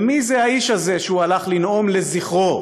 ומי זה האיש הזה, שהוא הלך לנאום לזכרו,